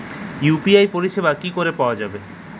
UPI পরিষেবা কি করে পাওয়া যাবে?